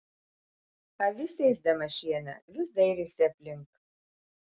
avis ėsdama šieną vis dairėsi aplink